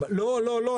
לא, לא.